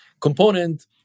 component